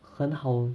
很好